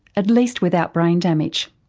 at least without brain damage.